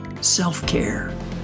self-care